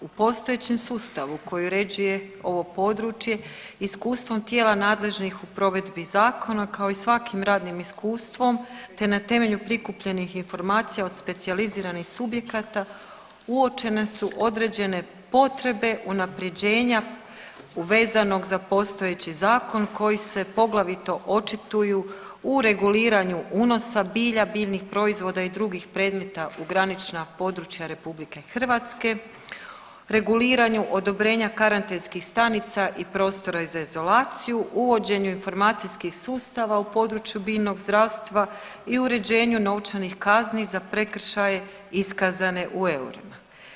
U postojećem sustavu koji uređuje ovo područje iskustvom tijela nadležnih u provedbi zakona, kao i svakim radnim iskustvom, te na temelju prikupljenih informacija od specijaliziranih subjekata uočene su određene potrebe unaprjeđenja uvezanog za postojeći zakon koji se poglavito očituju u reguliranju unosa bilja, biljnih proizvoda i drugih predmeta u granična područja RH, reguliranju odobrenja karantenskih stanica i prostora za izolaciju, uvođenju informacijskih sustava u području biljnog zdravstva i uređenju novčanih kazni za prekršaje iskazane u eurima.